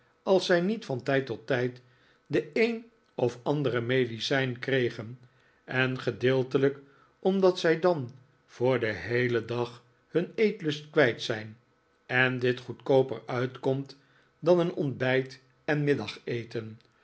als zij niet van tijd tot tijd de een of andere medicijn kregen en gedeeltelijk omdat zij dan voor den heelen dag hun eetlust kwijt zijn en dit goedkooper uitkomt dan een ontbijt en